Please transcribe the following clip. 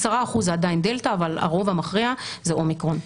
10% זה עדיין דלתא, אבל הרוב המכריע זה אומיקרון.